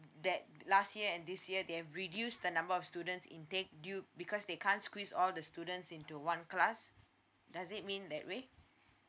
that last year and this year they've reduce the number of students intake due because they can't squeeze all the students into one class does it mean that way